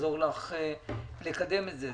ואעזור לך לקדם את זה.